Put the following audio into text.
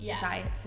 Diets